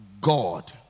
God